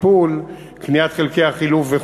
טיפולים רבים במוסכים, קניית חלקי חילוף.